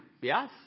yes